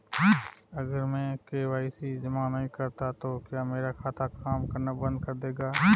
अगर मैं के.वाई.सी जमा नहीं करता तो क्या मेरा खाता काम करना बंद कर देगा?